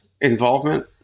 involvement